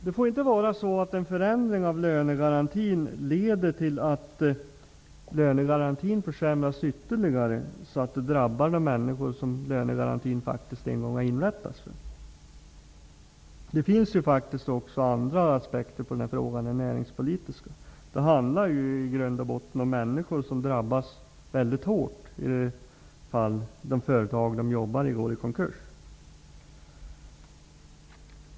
Det får inte vara så att en förändring av lönegarantin leder till att garantin försämras ytterligare och att de människor som garantin en gång har inrättats för därmed drabbas. Det finns faktiskt andra aspekter än näringspolitiska sådana. Det här handlar i grund och botten om människor som drabbas väldigt hårt när de företag de jobbar i går i konkurs.